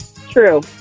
True